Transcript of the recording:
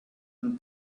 and